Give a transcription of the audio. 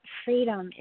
freedom